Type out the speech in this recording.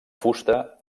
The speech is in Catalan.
fusta